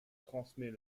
transmet